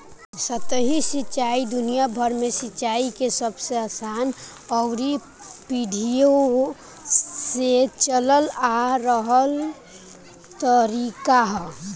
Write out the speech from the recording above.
सतही सिंचाई दुनियाभर में सिंचाई के सबसे आसान अउरी पीढ़ियो से चलल आ रहल तरीका ह